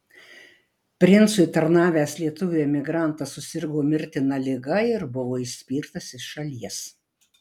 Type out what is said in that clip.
princui tarnavęs lietuvių emigrantas susirgo mirtina liga ir buvo išspirtas iš šalies